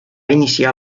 iniciar